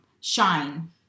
shine